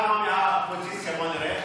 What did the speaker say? את הצעת חוק עבודת